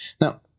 Now